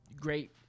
great